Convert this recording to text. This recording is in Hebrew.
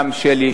גם שלי.